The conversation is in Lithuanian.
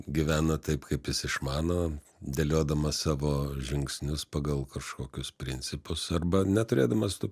gyvena taip kaip jis išmano dėliodamas savo žingsnius pagal kažkokius principus arba neturėdamas tų